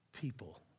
people